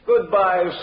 Goodbye